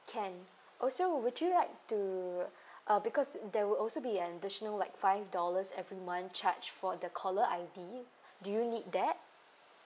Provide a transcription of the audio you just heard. can also would you like to uh because there will also be an additional like five dollars every month charge for the caller I_D do you need that